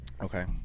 Okay